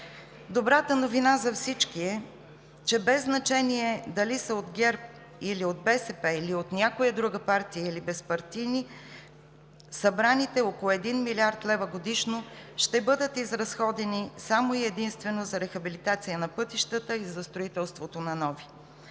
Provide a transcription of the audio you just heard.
Добрата новина за всички е, че без значение дали са от ГЕРБ, или от БСП, от някоя друга партия или безпартийни, събраните около 1 млрд. лв. годишно ще бъдат изразходени само и единствено за рехабилитация на пътищата и за строителството на нови.